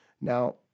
Now